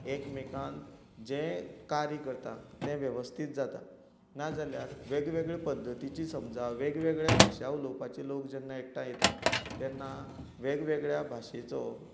एकमेकांक जे कार्य करतात तें वेवस्थीत जाता ना जाल्यार वेग वेगळे पद्धतीची समजा वेगवेगळे भाशा उलोवपाचे लोक जेन्ना एकठांय येता तेन्ना वेगवेगळ्या भाशेचो